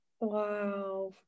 wow